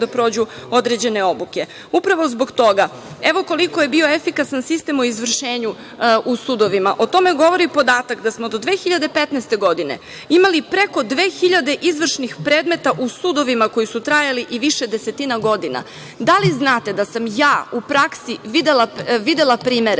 da prođu određene obuke. Upravo zbog toga, evo, koliko je bio efikasan sistem u izvršenju u sudovima. O tome govori podatak da smo od 2015. godine imali preko 2.000 izvršnih predmeta u sudovima koji su trajali i više desetina godina. Da li znate da sam u praksi videla primere